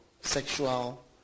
sexual